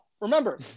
Remember